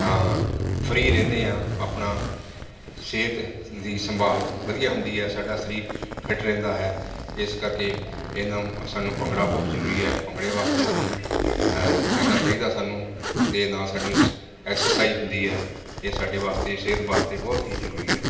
free ਰਹਿੰਦੇ ਹਾਂ ਆਪਣਾ ਸਿਹਤ ਦੀ ਸੰਭਾਲ ਵਧੀਆ ਹੁੰਦੀ ਹੈ ਸਾਡਾ ਸਰੀਰ ਫਿਟ ਰਹਿੰਦਾ ਹੈ ਇਸ ਕਰਕੇ ਇਹਨੂੰ ਸਾਨੂੰ ਭੰਗੜਾ ਬਹੁਤ ਜ਼ਰੂਰੀ ਹੈ ਭੰਗੜੇ ਵਾਸਤੇ ਅਸੀਂ ਕਰਨਾ ਚਾਹੀਦਾ ਸਾਨੂੰ ਅਤੇ ਨਾਲ ਸਾਨੂੰ ਸ ਐਕਸਰਸਾਈਜ਼ ਹੁੰਦੀ ਹੈ ਇਹ ਸਾਡੇ ਵਾਸਤੇ ਸਿਹਤ ਵਾਸਤੇ ਬਹੁਤ ਹੀ ਜ਼ਰੂਰੀ ਹੈ